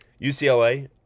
UCLA